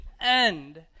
end